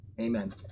Amen